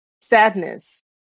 sadness